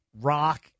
rock